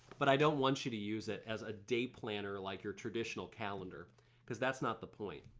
but i don't want you to use it as a day planner like your traditional calendar because that's not the point.